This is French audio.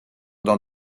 dans